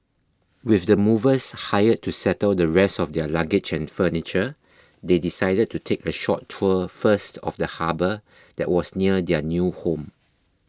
with the movers hired to settle the rest of their luggage and furniture they decided to take a short tour first of the harbour that was near their new home